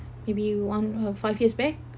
maybe one or five years back